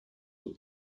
were